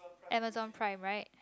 Amazon Prime right